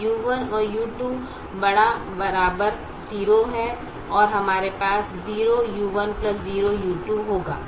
तो u1u2 ≥ 0 और हमारे पास 0u1 0u2 होगा